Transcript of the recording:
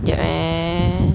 jap eh